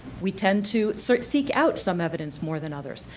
we tend to seek seek out some evidence more than others.